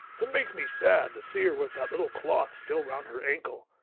it makes me sad to see her with that little cloth still round her ankle.